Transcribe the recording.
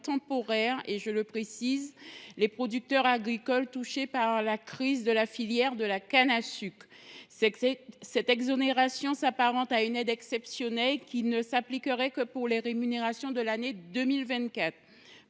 temporaire, les producteurs agricoles touchés par la crise de la filière de la canne à sucre. Cette exonération s’apparente à une aide exceptionnelle, qui ne s’appliquerait que pour les rémunérations de l’année 2024.